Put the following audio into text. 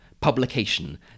publication